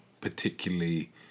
particularly